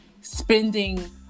spending